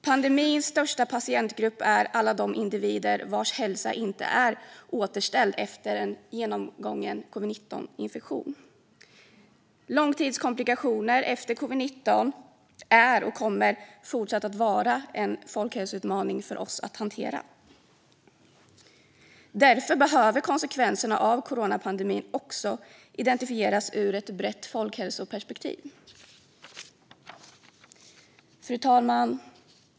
Pandemins största patientgrupp är alla de individer vars hälsa inte är återställd efter genomgången covid-19-infektion. Långtidskomplikationer efter covid-19 är och kommer fortsatt att vara en folkhälsoutmaning för oss att hantera. Därför behöver konsekvenserna av coronapandemin också identifieras ur ett brett folkhälsoperspektiv. Fru talman!